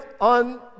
on